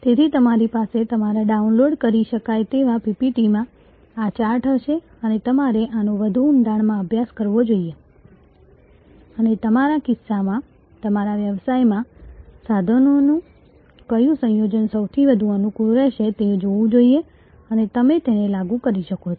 તેથી તમારી પાસે તમારા ડાઉનલોડ કરી શકાય તેવા PPTમાં આ ચાર્ટ હશે અને તમારે આનો વધુ ઊંડાણમાં અભ્યાસ કરવો જોઈએ અને તમારા કિસ્સામાં તમારા વ્યવસાયમાં સાધનોનું કયું સંયોજન સૌથી વધુ અનુકૂળ રહેશે તે જોવું જોઈએ અને તમે તેને લાગુ કરી શકો છો